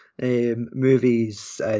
movies